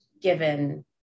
given